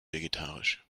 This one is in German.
vegetarisch